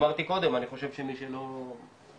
אמרתי קודם אני חושב שמי שלא מדבר